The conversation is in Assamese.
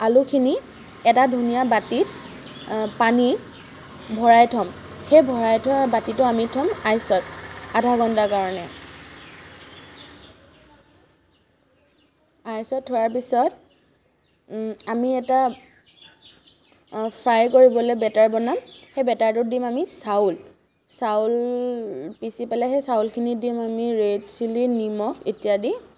আলুখিনি এটা ধুনীয়া বাতিত পানী ভৰাই থ'ম সেই ভৰাই থোৱা বাতিটো আমি থ'ম আইচত আধা ঘণ্টা কাৰণে আইচত থোৱাৰ পিছত আমি এটা ফ্ৰাই কৰিবলৈ বেটাৰ বনাম সেই বেটাৰটোত দিম আমি চাউল চাউল পিচি পেলাই সেই চাউলখিনি দিম আমি ৰেড চিলি নিমখ ইত্যাদি